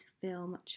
film